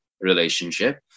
relationship